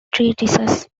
treatises